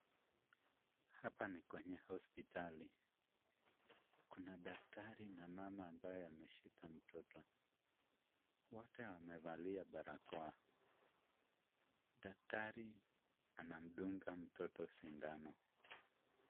Hapa ni kwenye hospitali. Kuna daktari na mama ambaye ameshika mtoto. Wote wamevalia barakoa. Daktari anamdunga mtoto sindano.